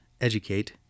educate